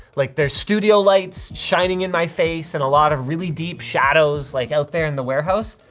like there's studio lights shining in my face and a lot of really deep shadows like out there in the warehouse.